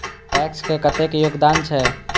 PACS के कतेक योगदान छै?